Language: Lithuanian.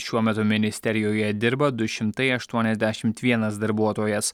šiuo metu ministerijoje dirba du šimtai aštuoniasdešimt vienas darbuotojas